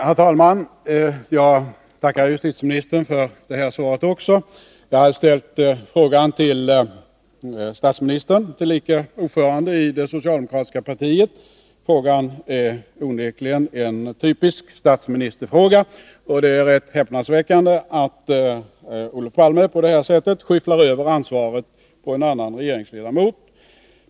Herr talman! Jag tackar justitieministern för det här svaret också. Jag hade ställt frågan till statsministern, tillika ordförande i det socialdemokratiska partiet. Frågan är onekligen en typisk statsministerfråga, och det är rätt häpnadsväckande att Olof Palme på detta sätt skyfflar över ansvaret på en annan regeringsledamot.